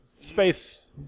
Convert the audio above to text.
space